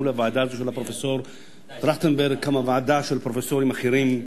מול הוועדה הזאת של הפרופסור טרכטנברג קמה ועדה של פרופסורים אחרים,